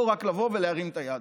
זה לא רק לבוא ולהרים את היד,